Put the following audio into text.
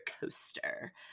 coaster